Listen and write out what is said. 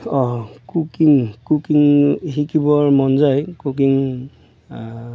cooking cooking শিকিবৰ মন যায় কুকিং